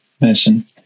mention